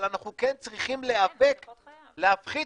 אבל אנחנו כן צריכים להיאבק כדי להפחית